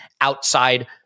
outside